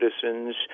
citizens